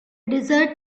desert